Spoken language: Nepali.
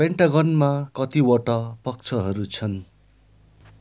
पेन्टागनमा कतिवटा पक्षहरू छन्